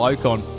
Ocon